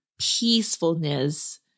peacefulness